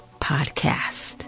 Podcast